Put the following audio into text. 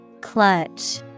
Clutch